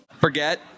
forget